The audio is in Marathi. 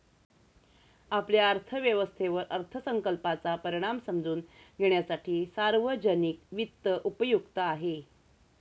आपल्या अर्थव्यवस्थेवर अर्थसंकल्पाचा परिणाम समजून घेण्यासाठी सार्वजनिक वित्त उपयुक्त आहे